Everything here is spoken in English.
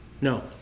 no